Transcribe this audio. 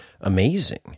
amazing